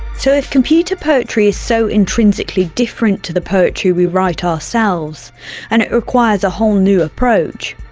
so if computer poetry is so intrinsically different to the poetry we write ourselves and it requires a whole new approach,